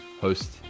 host